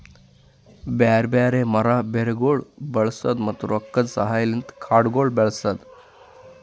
ಬ್ಯಾರೆ ಬ್ಯಾರೆ ಮರ, ಬೇರಗೊಳ್ ಬಳಸದ್, ಮತ್ತ ರೊಕ್ಕದ ಸಹಾಯಲಿಂತ್ ಕಾಡಗೊಳ್ ಬೆಳಸದ್